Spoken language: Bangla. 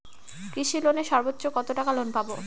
কৃষি লোনে সর্বোচ্চ কত টাকা লোন পাবো?